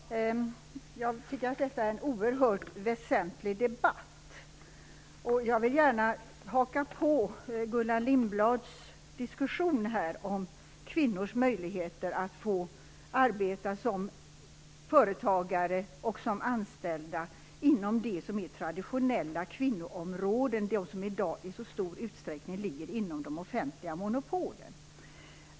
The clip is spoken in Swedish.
Fru talman! Jag tycker att detta är en oerhört väsentlig debatt, och jag vill gärna haka på Gullan Lindblads diskussion om kvinnors möjligheter att få arbeta som företagare och som anställda inom traditionella kvinnoområden, de som i dag i så stor utsträckning ligger inom de offentliga monopolen.